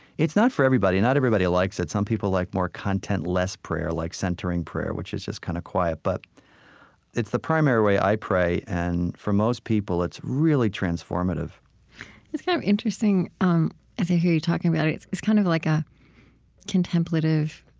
it's not for everybody. not everybody likes it. some people like more content-less prayer like centering prayer, which is just kind of quiet. but it's the primary way i pray, and for most people, it's really transformative it's kind of interesting um as i hear you talking about it. it's it's kind of like a contemplative,